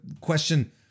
question